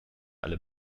alle